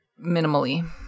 minimally